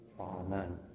Amen